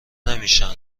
نمیشن